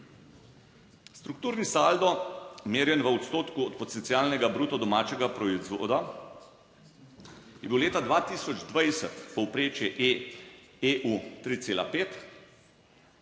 strukturni saldo, merjen v odstotku od potencialnega bruto domačega proizvoda je bil leta 2020 povprečje EU 3,5,